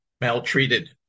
maltreated